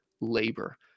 labor